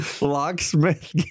locksmith